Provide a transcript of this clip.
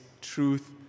truth